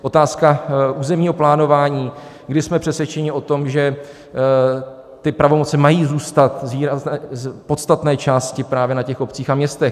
Otázka územního plánování, kdy jsme přesvědčeni o tom, že ty pravomoci mají zůstat z podstatné části právě na obcích a městech.